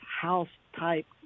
house-type